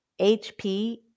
HP